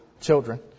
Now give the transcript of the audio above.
children